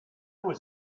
was